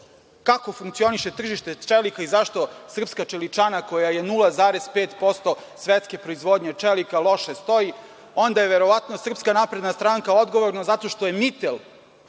kako funkcioniše tržište čelika i zašto srpska čeličana, koja je 0,5% svetske proizvodnje čelika, loše stoji, onda je verovatno SNS odgovorna zato što je „Mitel“,